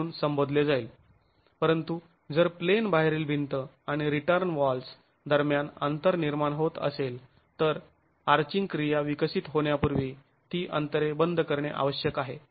परंतु जर प्लेन बाहेरील भिंत आणि रिटर्न वॉल्स् दरम्यान अंतर निर्माण होत असेल तर आर्चिंग क्रिया विकसित होण्यापूर्वी ती अंतरे बंद करणे आवश्यक आहे